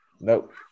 Nope